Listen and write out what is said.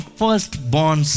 firstborn